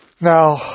Now